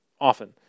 often